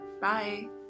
Bye